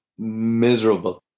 Miserable